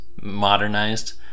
modernized